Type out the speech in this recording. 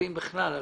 מאיה,